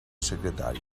secretari